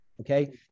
Okay